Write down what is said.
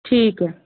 ठीक है